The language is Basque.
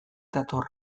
dator